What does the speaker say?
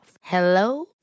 Hello